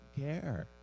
care